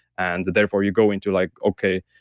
and that therefore you go into like, okay.